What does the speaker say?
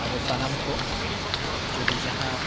ᱟᱵᱚ ᱥᱟᱱᱟᱢ ᱠᱚ ᱡᱩᱫᱤ ᱡᱟᱦᱟᱸ